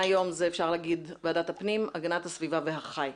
מהיום אפשר להגיד ועדת הפנים, הגנת הסביבה והחי,